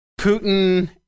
Putin